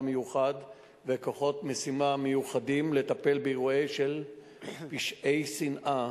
מיוחד וכוחות משימה מיוחדים לטפל באירועים של פשעי שנאה